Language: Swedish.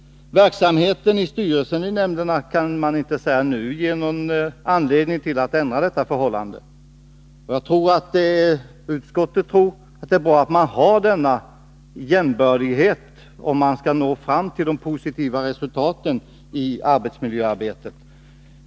Verksamheten i styrelsen och i nämnderna kan inte nu sägas ge anledning att ändra detta förhållande. Utskottet tror att det är bra att det råder jämbördiga styrkeförhållanden, om man skall nå fram till positiva resultat i arbetsmiljöarbetet.